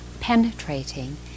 penetrating